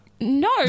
No